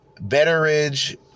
Betteridge